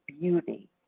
beauty